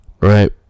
right